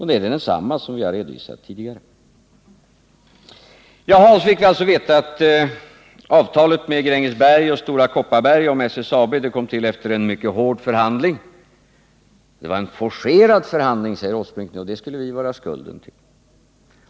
Den är f. ö. densamma som vi har redovisat tidigare. Så fick vi alltså veta att avtalet med Grängesberg och Stora Kopparberg om SSAB kom till efter en mycket hård förhandling. Det var en forcerad förhandling, sade Nils Åsling, och det skulle vi vara skuld till.